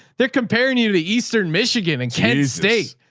they're comparing you to the eastern michigan and kansas state.